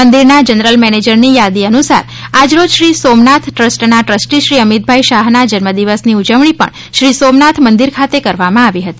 મંદિરના general manager ની યાદી અનુસાર આજરોજ શ્રી સોમનાથ ટ્રસ્ટના ટ્રસ્ટી શ્રી અમિતભાઇ શાહના જન્મદિવસની ઉજવણી પણ શ્રી સોમનાથ મંદિર ખાતે કરવામાં આવી હતી